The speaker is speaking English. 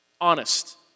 honest